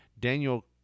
Daniel